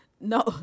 No